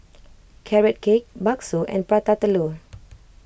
Carrot Cake Bakso and Prata Telur